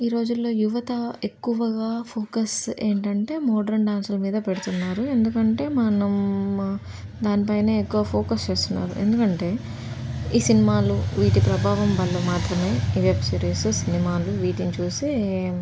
ఈ రోజుల్లో యువత ఎక్కువగా ఫోకస్ ఏంటంటే మోడ్రన్ డ్యాన్సుల మీద పెడుతున్నారు ఎందుకంటే మనం దానిపైనే ఎక్కువ ఫోకస్ చేస్తున్నారు ఎందుకంటే ఈ సినిమాలు వీటి ప్రభావం వల్ల మాత్రమే ఈ వెబ్ సిరీస్ సినిమాలు వీటిని చూసి